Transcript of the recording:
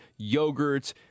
yogurts